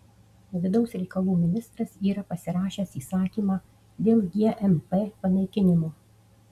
vidaus reikalų ministras yra pasirašęs įsakymą dėl gmp panaikinimo